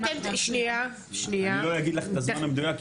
ואתם --- אני לא אגיד לך את הזמן המדויק,